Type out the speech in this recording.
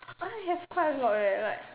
I have quite a lot leh like